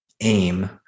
aim